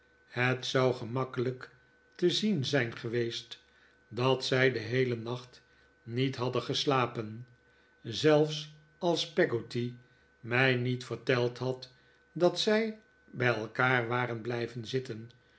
het zou gemakkelijk te zien zijn geweest dat zij den heelen nacht niet hadden geslapen zelfs als peggotty mij niet verteld had dat zij bij elkaar waren blijven zitten